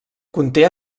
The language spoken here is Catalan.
conté